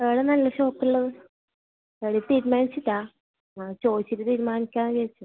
എവിടെ നല്ല ഷോപ്പ് ഉള്ളത് ഇതുവരെ തീരുമാനിച്ചില്ല ആ ചോദിച്ചിട്ട് തീരുമാനിക്കാമെന്ന് വിചാരിച്ചു